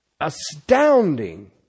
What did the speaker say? astounding